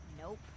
Nope